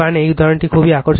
এই উদাহরণটি খুবই আকর্ষণীয়